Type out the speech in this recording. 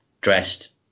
dressed